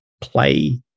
Play